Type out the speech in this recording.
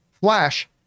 Flash